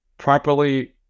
properly